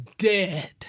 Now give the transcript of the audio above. Dead